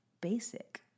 basic